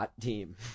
team